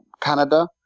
Canada